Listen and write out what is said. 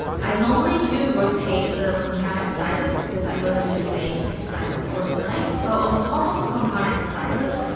i normally do rotate the compound exercises because i don't do the same exercises all the time. so on top of the compound exercises,